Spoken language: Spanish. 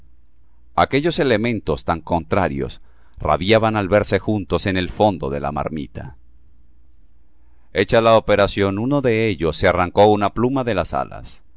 aquellos elementos tan contrarios rabiaban al verse juntos en el fondo de la marmita hecha la operación uno de ellos se arrancó una pluma de las alas